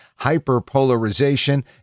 hyperpolarization